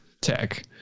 Tech